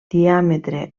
diàmetre